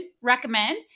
recommend